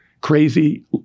crazy